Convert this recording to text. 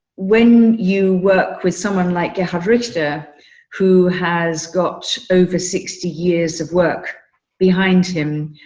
when you work with someone like your average there who has got over sixty years of work behind him,